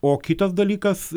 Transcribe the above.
o kitas dalykas